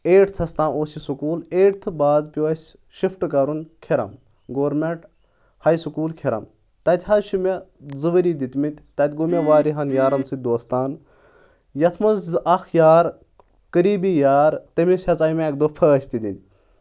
ایٹتھس تام اوس یہِ سکوٗل ایٹتھٕ بعد پیوٚو اَسہِ یہِ شِفٹ کرُن کھِرم گورمینٹ ہاے سکوٗل کھِرم تَتہِ حظ چھُ مےٚ زٕ ؤری دِتمٕتۍ تتہِ گوٚو مےٚ واریاہن یارن سۭتۍ دوستانہٕ یتھ منٛز زٕ اکھ یار قریٖبی یار تٔمِس ہیٚژے مےٚ اکہِ دۄہ فٲسۍ تہِ دِنۍ